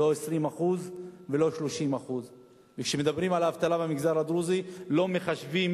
לא 20% ולא 30%. וכשמדברים על אבטלה במגזר הדרוזי לא מחשבים